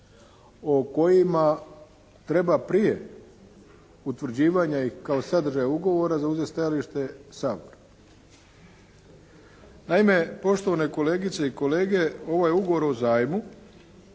o kojima treba prije utvrđivanja i kao sadržaj ugovora zauzeti stajalište Sabora. Naime poštovane kolegice i kolege, ovaj ugovor o zajmu,